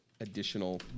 additional